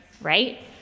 right